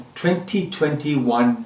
2021